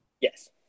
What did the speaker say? Yes